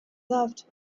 loved